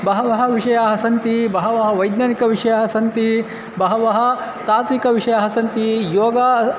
बहवः विषयाः सन्ति बहवः वैज्ञानिकविषयाः सन्ति बहवः तात्विकविषयाः सन्ति योगः